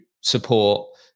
support